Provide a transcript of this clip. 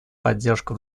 поддержку